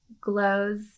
glows